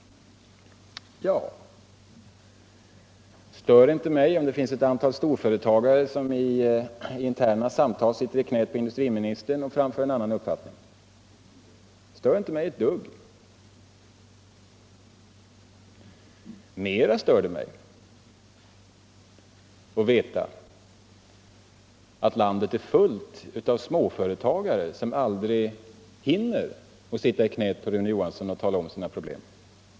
Det stör inte mig ett dugg om det finns ett antal storföretagare som vid interna samtal ”sitter i knät” på industriministern och framför en annan uppfattning. Mera stör det mig att veta att landet är fullt av småföretagare som aldrig hinner ”sitta i knät” på Rune Johansson och tala om sina problem.